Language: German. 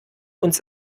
uns